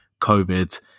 COVID